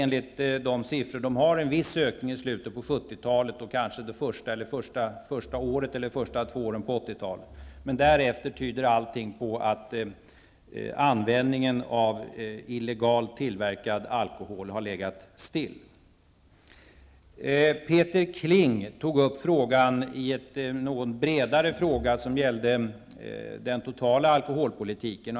Enligt de siffror de har förekom en viss ökning i slutet på 1970-talet och kanske de två första åren på 1980-talet. Därefter tyder dock allting på att användningen av illegalt tillverkad alkohol har legat still. Peter Kling tog upp frågan i samband med en något bredare fråga som gällde den totala alkoholpolitiken.